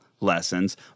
lessons